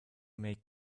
make